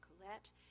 Colette